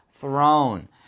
throne